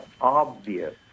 obvious